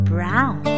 Brown